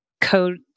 code